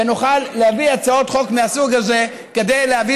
ונוכל להביא הצעות חוק מהסוג הזה כדי להביא